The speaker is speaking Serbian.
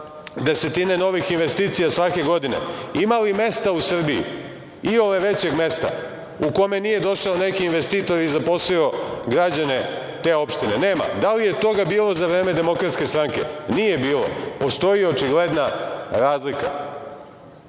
desetine novih investicija svake godine? Ima li mesta u Srbiji, iole većeg mesta u koje nije došao neki investitor i zaposlio građane te opštine? Nema. Da li je toga bilo za vreme Demokratske stranke? Nije bilo. Postoji očigledna razlika.A